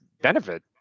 benefit